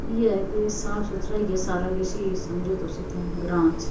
इ'यै ऐ के साफ सुथरा ई ऐ सारा किश ई समझो तुस इत्थै ग्रांऽ च